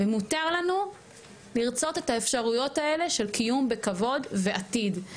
ומותר לנו לרצות את האפשרויות האלה של קיום בכבוד ועתיד.